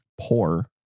Poor